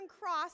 Cross